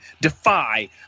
defy